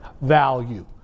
value